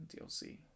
dlc